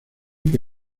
que